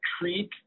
treat